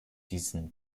diesen